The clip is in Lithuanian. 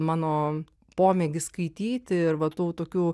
mano pomėgis skaityti ir va tų tokių